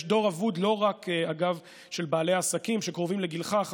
יש דור אבוד לא רק של בעלי העסקים שקרובים לגילך,